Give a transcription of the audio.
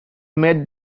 made